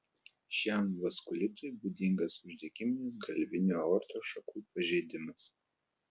šiam vaskulitui būdingas uždegiminis galvinių aortos šakų pažeidimas